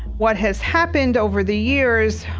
what has happened over the years,